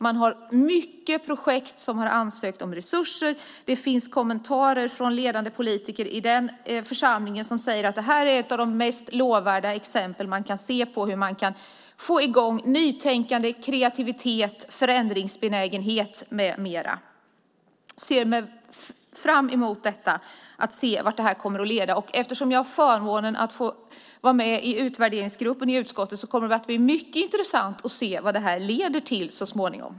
Det är många projekt som har ansökt om resurser. Det finns kommentarer från ledande politiker i den församlingen som säger att det här är ett av de mest lovvärda exempel man kan se när det gäller hur man kan få i gång nytänkande, kreativitet, förändringsbenägenhet med mera. Jag ser fram emot att få se vart det här kommer att leda. Jag har förmånen att vara med i utvärderingsgruppen i utskottet, och det kommer att bli mycket intressant att se vad det här leder till så småningom.